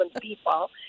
people